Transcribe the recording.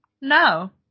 No